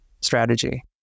strategy